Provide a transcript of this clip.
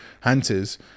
hunters